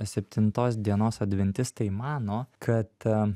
septintos dienos adventistai mano kad